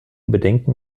bedenken